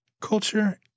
culture